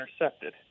intercepted